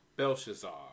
Belshazzar